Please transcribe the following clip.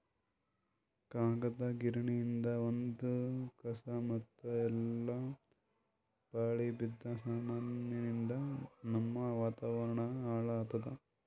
ಕಾಗದ್ ಗಿರಣಿಯಿಂದ್ ಬಂದ್ ಕಸಾ ಮತ್ತ್ ಎಲ್ಲಾ ಪಾಳ್ ಬಿದ್ದ ಸಾಮಾನಿಯಿಂದ್ ನಮ್ಮ್ ವಾತಾವರಣ್ ಹಾಳ್ ಆತ್ತದ